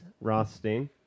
Rothstein